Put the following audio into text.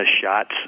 shots